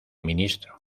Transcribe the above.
ministro